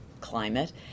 climate